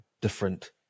different